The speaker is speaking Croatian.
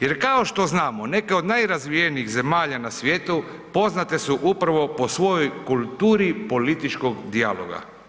Jer kao što znamo, neke od najrazvijenijih zemalja na svijetu, poznate su upravo po svojoj kulturi političkog dijaloga.